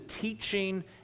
teaching